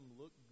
look